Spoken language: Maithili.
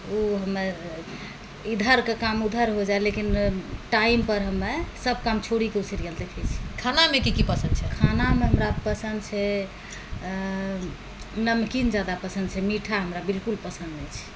ओ हमर इधरके काम उधर हो जाइ लेकिन टाइमपर हमे सभ काम छोड़िकऽ ओ सीरिअल देखै छी खानामे की की पसन्द छै खानामे हमरा पसन्द छै नमकीन ज्यादा पसन्द छै मीठा हमरा बिल्कुल पसन्द नहि छै